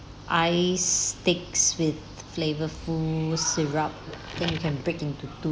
ice sticks with flavourful syrup then you can break into two